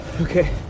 Okay